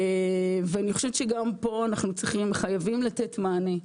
ואני חושבת שגם פה אנחנו חייבים לתת מענה.